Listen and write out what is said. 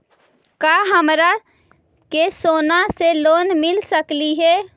का हमरा के सोना से लोन मिल सकली हे?